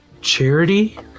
Charity